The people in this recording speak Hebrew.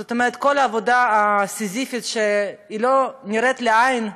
זאת אומרת, כל העבודה הסיזיפית, שלא נראית לעין,